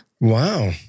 Wow